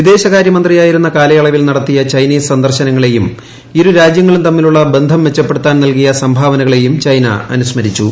വിദേശകാര്യമന്ത്രിയായിരുന്ന കാലയളവിൽ നടത്തിയ ചൈനീസ് സന്ദർശനങ്ങളേയും ഇരുരാജ്യങ്ങളും തമ്മിലുള്ള ബന്ധം മെച്ചപ്പെടുത്താൻ നൽകിയ സംഭാവനകളേയും ചൈന അനുസ്മരിച്ചു